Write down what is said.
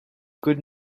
could